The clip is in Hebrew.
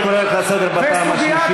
אני קורא אותך לסדר בפעם השנייה.